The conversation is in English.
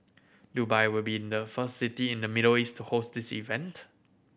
Dubai will be in the first city in the Middle East to host this event